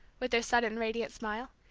with her sudden radiant smile.